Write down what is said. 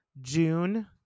June